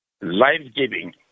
life-giving